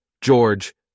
George